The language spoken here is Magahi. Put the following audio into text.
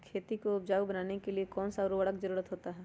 खेती को उपजाऊ बनाने के लिए कौन कौन सा उर्वरक जरुरत होता हैं?